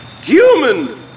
human